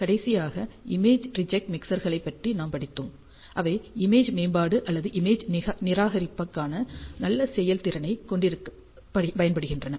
கடைசியாக image reject மிக்சர்களைப் பற்றி நாம் படித்தோம் அவை இமேஜ் மேம்பாடு அல்லது இமேஜ் நிராகரிப்புக்கான நல்ல செயல்திறனைக் கொண்டிருக்க பயன்படுகின்றன